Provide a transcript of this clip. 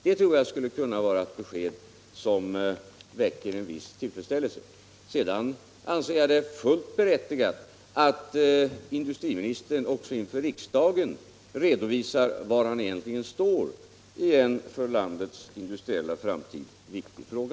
Det tror jag skulle vara ett besked som väckte en viss tillfredsställelse. Sedan anser jag det fullt berättigat att industriministern också inför riksdagen redovisar var han egentligen står i en för landets industriella framtid viktig fråga.